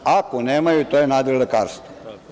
Ako nemaju, to je nadrilekarstvo.